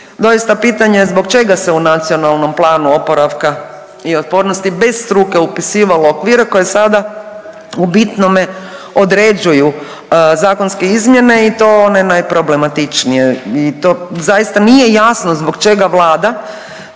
Doista pitanje je zbog čega se u Nacionalnom planu oporavka i otpornosti bez struke upisivalo … koje sada u bitnome određuju zakonske izmjene i to one najproblematičnije? I to zaista nije jasno zbog čega Vlada